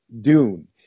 Dune